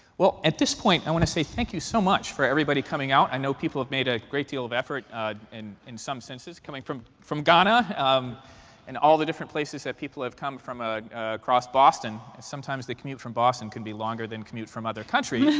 well, at this point, i want to say, thank you so much for everybody coming out. i know people have made a great deal of effort and, in some senses, coming from from ghana um and all the different places that people have come from ah across boston. sometimes the commute from boston can be longer than commute from other countries,